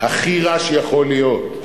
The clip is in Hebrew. הכי רע שיכול להיות.